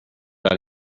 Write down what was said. that